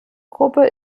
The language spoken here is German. gruppe